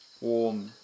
warm